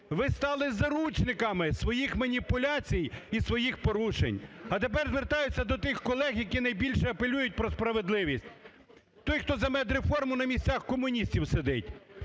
ви стали заручниками своїх маніпуляцій і своїх порушень. А тепер звертаюся до тих колег, які найбільше апелюють про справедливість, той хто за медреформу, на місцях комуністів сидить.